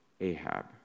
Ahab